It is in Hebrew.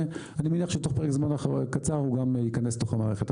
ואני מניח שתוך פרק זמן קצר הוא גם ייכנס לתוך המערכת.